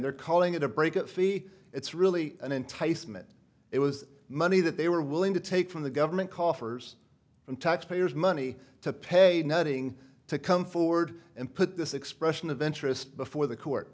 they're calling it a breakup fee it's really an enticement it was money that they were willing to take from the government coffers from taxpayers money to pay nothing to come forward and put this expression of interest before the court